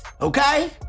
okay